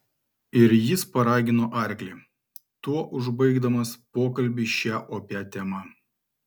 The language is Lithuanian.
ir jis paragino arklį tuo užbaigdamas pokalbį šia opia tema